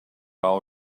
all